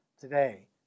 today